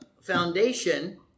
foundation